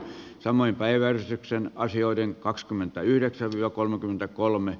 tämän päivän sipsien asioiden kakskymmentäyhdeksää jo kolmekymmentäkolme